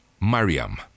Mariam